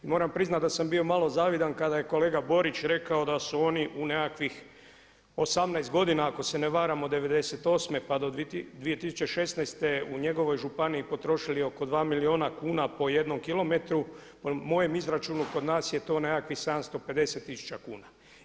I moram priznat da sam bio malo zavidan kada je kolega Borić rekao da su oni u nekakvih 18 godina ako se ne varam od '98. pa do 2016. u njegovoj županiji potrošili oko 2 milijuna kuna po jednom kilometru, po mojem izračunu kod nas je to nekakvih 750 tisuća kuna.